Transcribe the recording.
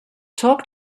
talk